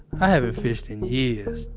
i haven't fished in years.